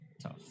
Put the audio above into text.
tough